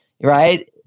right